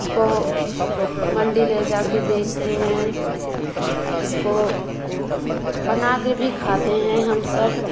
उसको मंडी ले जा कर बेचते हैं उसको बनाके भी खाते हैं हम सब